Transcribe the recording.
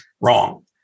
Wrong